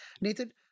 nathan